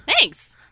Thanks